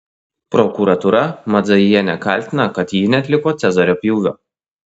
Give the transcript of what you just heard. prokuratūra madzajienę kaltina kad ji neatliko cezario pjūvio